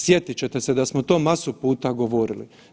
Sjetit ćete se da smo to masu puta govorili.